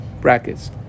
brackets